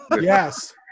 Yes